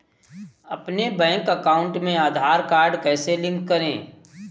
अपने bank account में Aadhaar card कैसे लिंक करें?